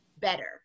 better